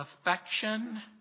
affection